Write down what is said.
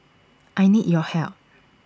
I need your help